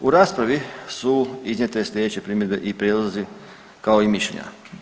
U raspravi su iznijete slijedeće primjedbe i prijedlozi, kao i mišljenja.